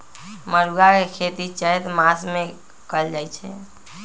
मरुआ के खेती चैत मासमे कएल जाए छै